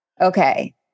Okay